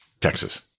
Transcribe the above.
Texas